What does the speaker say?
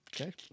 Okay